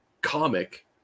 comic